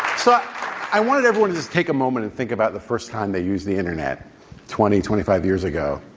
so i wanted everyone to take a moment and think about the first time they used the internet twenty, twenty five years ago.